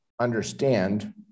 understand